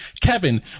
Kevin